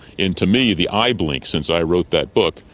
and to me the eye-blink since i wrote that book,